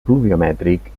pluviomètric